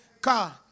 car